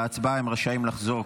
להצבעה הם רשאים לחזור,